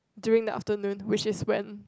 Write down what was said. during the afternoon which is when